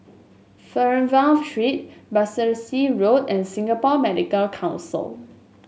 Fernvale Street Battersea Road and Singapore Medical Council